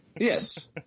yes